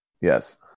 Yes